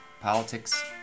politics